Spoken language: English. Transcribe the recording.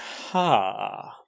Ha